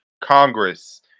Congress